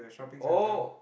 oh